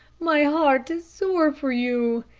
my heart is sore for you.